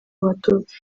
abatutsi